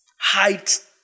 height